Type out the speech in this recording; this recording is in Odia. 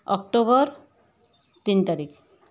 ଅକ୍ଟୋବର ତିନ ତାରିଖ